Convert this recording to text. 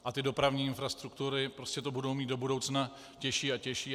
A dopravní infrastruktury to budou mít do budoucna těžší a těžší.